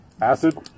Acid